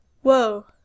Whoa